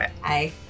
Hi